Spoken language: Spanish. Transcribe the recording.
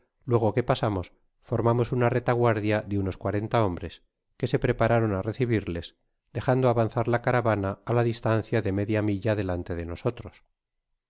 luego que pasamos formamos una retaguardia de unos cuarenta hombres que se prepararon á recibirles dejando avanzar la caravana á la distancia de media milla delante de nosotros